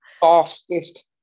fastest